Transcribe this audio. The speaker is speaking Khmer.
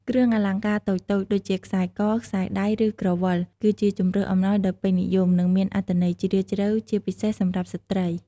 គ្រឿងអលង្ការតូចៗ ដូចជា ខ្សែក ខ្សែដៃ ឬក្រវិល គឺជាជម្រើសអំណោយដ៏ពេញនិយម និងមានអត្ថន័យជ្រាលជ្រៅ ជាពិសេសសម្រាប់ស្ត្រី។